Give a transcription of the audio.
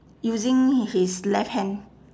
using his left hand